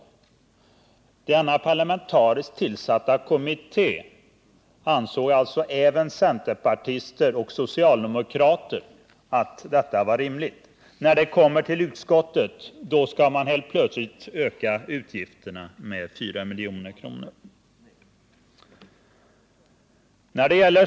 I denna parlamentariskt tillsatta kommitté ansåg alltså även centerpartister och socialdemokrater att detta förslag var rimligt, men när betänkandet kom till utskottet skulle man helt plötsligt öka utgifterna med 4 milj.kr.